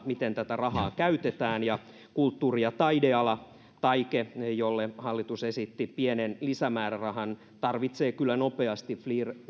miten tätä rahaa käytetään ja kulttuuri ja taideala taike jolle hallitus esitti pienen lisämäärärahan tarvitsee kyllä nopeasti